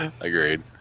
Agreed